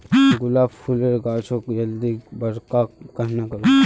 गुलाब फूलेर गाछोक जल्दी बड़का कन्हे करूम?